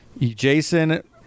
jason